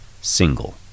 single